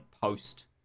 post